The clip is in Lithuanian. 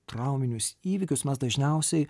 trauminius įvykius mes dažniausiai